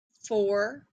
four